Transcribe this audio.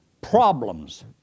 problems